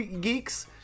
geeks